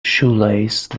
shoelace